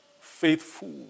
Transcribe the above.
faithful